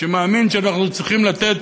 שמאמין שאנחנו צריכים לתת